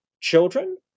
children